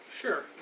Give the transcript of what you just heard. Sure